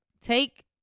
take